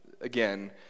again